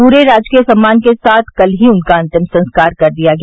पूरे राजकीय सम्मान के साथ कल ही उनका अंतिम संस्कार कर दिया गया